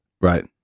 Right